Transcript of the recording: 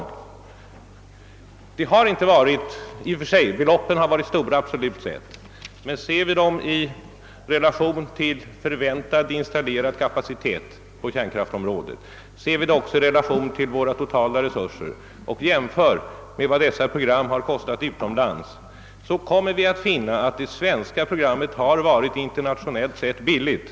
Beloppen har visserligen i och för sig varit stora absolut sett, men ser man dem i relation till förväntad installerad kapacitet på kärnkraftområdet, och ser man dem också i relation till våra totala resurser och sedan gör en jämförelse med vad dessa program har kostat utomlands, kommer man att finna att det svenska programmet har varit — internationellt sett — billigt.